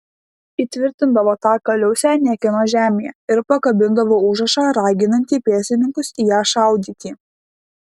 įtvirtindavo tą kaliausę niekieno žemėje ir pakabindavo užrašą raginantį pėstininkus į ją šaudyti